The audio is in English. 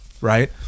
right